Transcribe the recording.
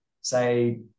say